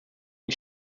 ihn